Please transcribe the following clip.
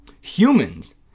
humans